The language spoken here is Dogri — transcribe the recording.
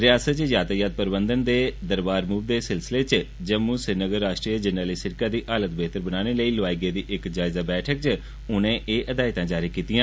रियासत च यातायात प्रबंधन ते दरबार मूव दे सिलसिले च जम्मू श्रीनगर राष्ट्रीय जरनैली सिड़के दी हालत बेहतर बनाने लेई लौआई गेदी इक जायजा बैठक च उनें ए हिदायतां जारी कीतियां